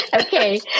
okay